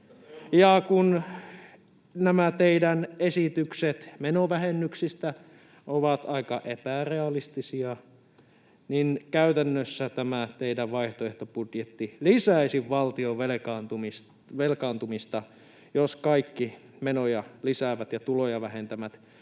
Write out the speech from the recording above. kun nämä teidän esityksenne menovähennyksistä ovat aika epärealistisia, niin käytännössä tämä teidän vaihtoehtobudjettinne lisäisi valtion velkaantumista, jos kaikki menoja lisäävät ja tuloja vähentävät